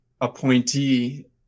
appointee